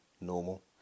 normal